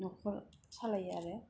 न'खर सालायो आरो